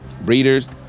breeders